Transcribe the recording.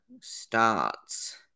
starts